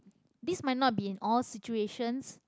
this might not been in all situations